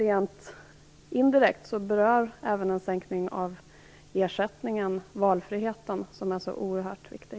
Rent indirekt berör även en sänkning av ersättningen valfriheten som är så oerhört viktig.